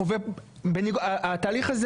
התהליך הזה,